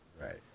Right